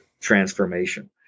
transformation